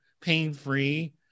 pain-free